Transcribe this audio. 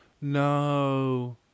No